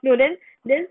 no then then